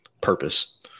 purpose